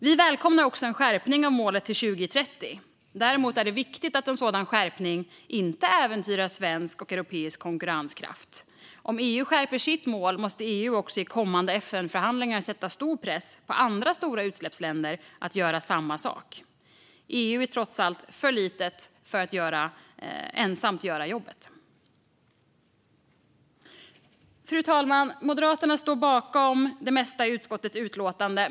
Vi välkomnar också en skärpning av målet till 2030. Det är dock viktigt att en sådan skärpning inte äventyrar svensk och europeisk konkurrenskraft. Om EU skärper sitt mål måste EU också i kommande FN-förhandlingar sätta stor press på andra stora utsläppsländer att göra samma sak. EU är trots allt för litet för att ensamt göra jobbet. Fru talman! Moderaterna står bakom det mesta i utskottets utlåtande.